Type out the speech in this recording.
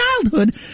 childhood